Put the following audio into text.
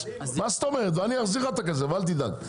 אני אחזיר לך את הכסף אל תדאג.